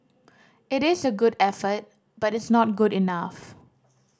it is a good effort but it's not good enough